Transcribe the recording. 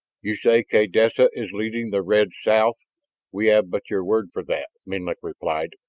you say kaydessa is leading the reds south we have but your word for that, menlik replied.